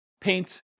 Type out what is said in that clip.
paint